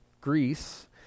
Greece